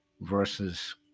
versus